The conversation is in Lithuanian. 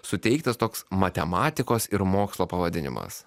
suteiktas toks matematikos ir mokslo pavadinimas